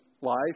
life